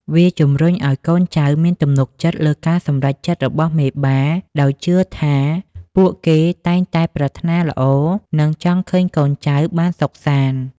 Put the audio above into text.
វាជំរុញឱ្យកូនចៅមានទំនុកចិត្តលើការសម្រេចចិត្តរបស់មេបា ដោយជឿថាពួកគេតែងតែប្រាថ្នាល្អ និងចង់ឃើញកូនចៅបានសុខសាន្ដ។